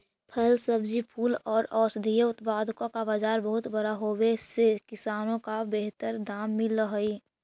फल, सब्जी, फूल और औषधीय उत्पादों का बाजार बहुत बड़ा होवे से किसानों को बेहतर दाम मिल हई